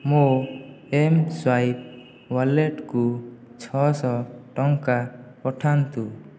ମୋ mSwipe ୱାଲେଟ୍କୁ ଛଅଶହ ଟଙ୍କା ପଠାନ୍ତୁ